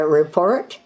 report